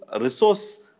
resource